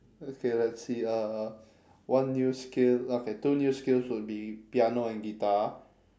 okay let's see uh one new skill okay two new skills would be piano and guitar